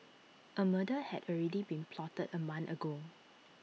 A murder had already been plotted A month ago